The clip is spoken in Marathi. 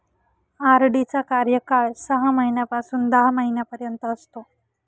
आर.डी चा कार्यकाळ सहा महिन्यापासून दहा महिन्यांपर्यंत असतो